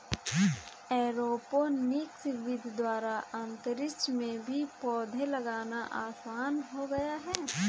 aeroponics विधि द्वारा अंतरिक्ष में भी पौधे लगाना आसान हो गया है